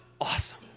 awesome